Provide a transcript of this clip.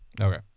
Okay